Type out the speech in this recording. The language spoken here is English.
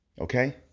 Okay